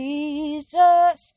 Jesus